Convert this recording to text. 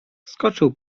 skoczył